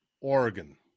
Oregon